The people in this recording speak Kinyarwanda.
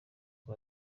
uko